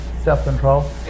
self-control